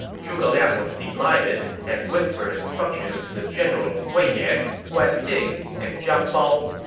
zhuge liang was delighted and whispered instructions to the generals wei yan, guan xing, and zhang bao.